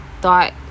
thought